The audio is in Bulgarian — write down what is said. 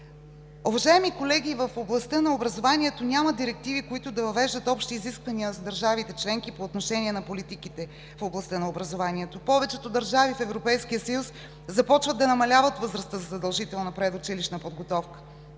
Уважаеми колеги, в областта на образованието няма директиви, които да въвеждат общи изисквания за държавите членки по отношение на политиките в областта на образованието. Повечето държави в Европейския съюз започват да намаляват възрастта за задължителна предучилищна подготовка.